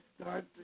start